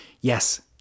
yes